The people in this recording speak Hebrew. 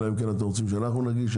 אלא אם כן אתם רוצים שאנחנו נגיש,